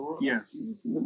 yes